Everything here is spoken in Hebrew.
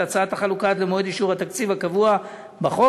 הצעת החלוקה עד למועד אישור התקציב הקבוע בחוק,